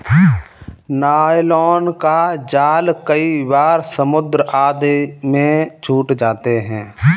nylon का जाल कई बार समुद्र आदि में छूट जाते हैं